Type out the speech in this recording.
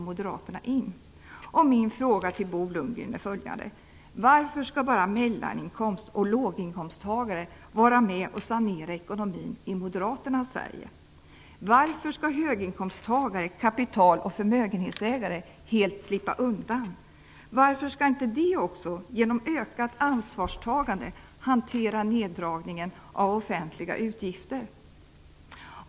Mina frågor till Bo Lundgren är följande: Varför skall bara mellaninkomst och låginkomsttagare var med och sanera ekonomin i Moderaternas Sverige? Varför skall höginkomsttagare, kapital och förmögenhetsägare helt slippa undan? Varför skall inte också de med hjälp av ett ökat ansvarstagande hantera neddragningen av offentliga utgifter?